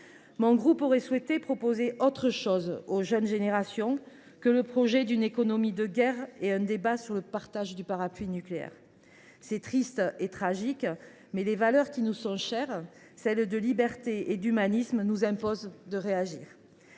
Mon groupe aurait souhaité proposer autre chose aux jeunes générations que le projet d’une économie de guerre et un débat sur le partage du parapluie nucléaire. C’est triste et tragique, mais les valeurs qui nous sont chères, la liberté et l’humanisme, nous imposent de réagir.